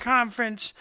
Conference